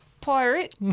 pirate